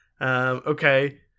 Okay